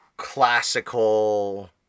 Classical